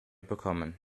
bekommen